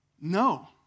No